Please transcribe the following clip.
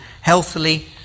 healthily